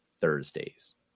Thursdays